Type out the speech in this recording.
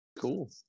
cool